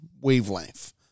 wavelength